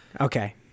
Okay